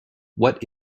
what